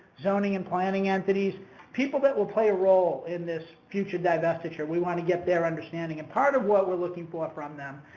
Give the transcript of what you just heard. zoning and planning entities people that will play a role in this future divestiture, we want to get their understanding. and part of what we're looking for from them,